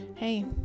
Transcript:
Hey